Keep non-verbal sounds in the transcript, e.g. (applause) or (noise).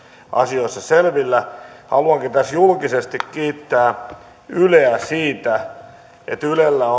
asioista selvillä haluankin tässä julkisesti kiittää yleä siitä että ylellä (unintelligible)